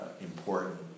important